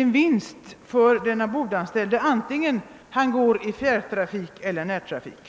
en vinst för den ombordanstälide vare sig han går i fjärrtrafik eller närtrafik.